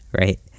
right